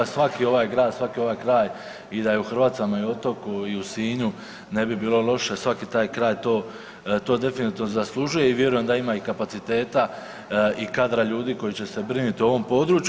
Svaki ovaj grad, svaki ovaj kraj i da je u Hrvacama, i otoku, i u Sinju ne bi bilo loše svaki taj kraj to definitivno zaslužuje i vjerujem da ima i kapaciteta i kadra ljudi koji će se brinuti o ovom području.